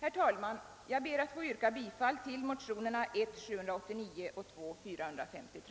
Herr talman! Jag ber att få yrka bifall till motionerna I: 789 och II: 453.